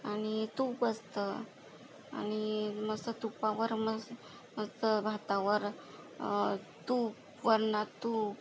आणि तूप असतं आणि मस्त तुपावर मस मस्त भातावर तूप वरणात तूप